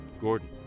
Gordon